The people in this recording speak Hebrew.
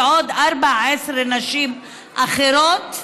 ועוד 14 נשים אחרות,